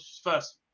First